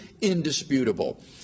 indisputable